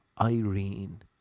Irene